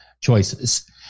choices